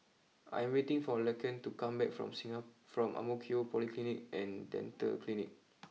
I am waiting for Laken to come back from from Ang Mo Kio Polyclinic and Dental Clinic